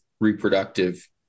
reproductive